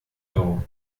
euro